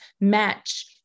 match